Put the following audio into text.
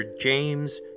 James